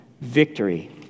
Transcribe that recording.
Victory